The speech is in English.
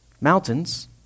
mountains